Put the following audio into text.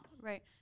Right